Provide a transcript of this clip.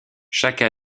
chaque